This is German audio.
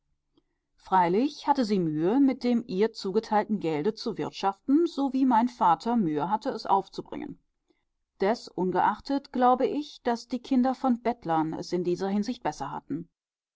freilich hatte sie mühe mit dem ihr zugeteilten gelde zu wirtschaften so wie mein vater mühe hatte es aufzubringen desungeachtet glaube ich daß die kinder von bettlern es in dieser hinsicht besser hatten